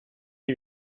die